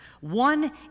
one